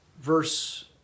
verse